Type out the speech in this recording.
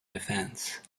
defence